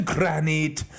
Granite